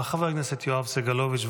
חבר הכנסת יואב סגלוביץ'.